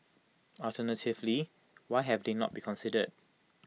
alternatively why have they not been considered